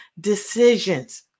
decisions